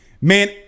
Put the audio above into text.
man